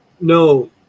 no